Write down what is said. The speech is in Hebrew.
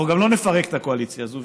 אנחנו לא נפרק את הקואליציה הזאת,